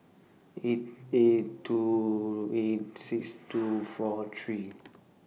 eight eight two eight six two four three